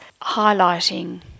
highlighting